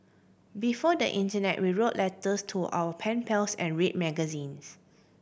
before the internet we wrote letters to our pen pals and read magazine